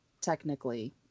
technically